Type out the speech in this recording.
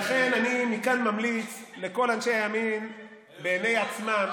לכן אני מכאן ממליץ לכל אנשי הימין בעיני עצמם,